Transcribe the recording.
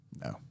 No